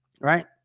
Right